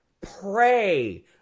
pray